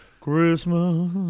Christmas